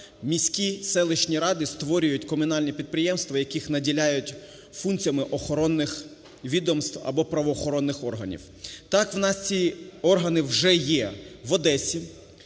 міські селищні ради створюють комунальні підприємства, яких наділяють функціями охоронних відомств або правоохоронних органів. Так в нас ці органи вже є в Одесі,